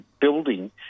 building